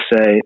say